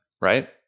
Right